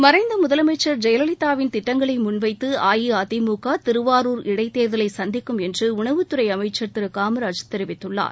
மறைந்த முதலமைச்சர் ஜெயலலிதாவின் திட்டங்களை முன்வைத்து அஇஅதிமுக திருவாரூர் இடைத்தேர்தலை சந்திக்கும் என்று உணவு துறை அமைச்சர் திரு காமராஜ் தெரிவித்துள்ளார்